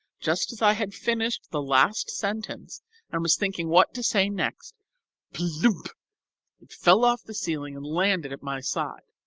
just as i had finished the last sentence and was thinking what to say next plump it fell off the ceiling and landed at my side.